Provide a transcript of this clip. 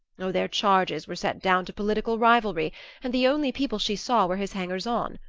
oh, their charges were set down to political rivalry and the only people she saw were his hangers-on,